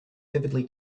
vividly